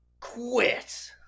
quit